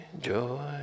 joy